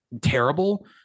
terrible